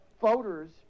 voters